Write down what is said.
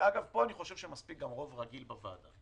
ואגב, פה אני חושב שמספיק גם רוב רגיל בוועדה